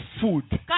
food